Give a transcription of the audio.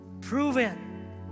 proven